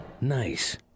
nice